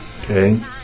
Okay